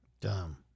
Dumb